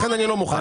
לכן אני לא מוכן.